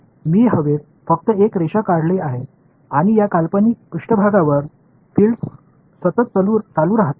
எனவே எல்லையைத் தாண்டிய புலங்களை நீங்கள் என்ன எதிர்பார்க்கிறீர்கள்